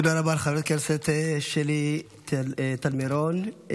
תודה רבה לחברת הכנסת שלי טל מירון.